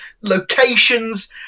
locations